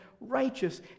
righteous